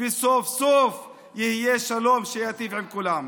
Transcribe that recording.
וסוף-סוף יהיה שלום שייטיב עם כולם.